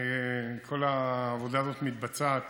כל העבודה הזאת מתבצעת